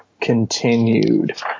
continued